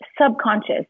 subconscious